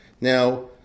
Now